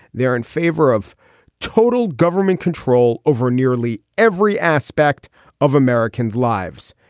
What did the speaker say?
they're in favor of total government control over nearly every aspect of american's lives.